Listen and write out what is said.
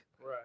Right